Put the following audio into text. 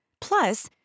Plus